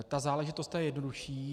Ta záležitost, ta je jednodušší.